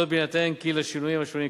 בהינתן כי לשינויים שונים,